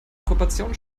proportionen